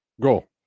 Go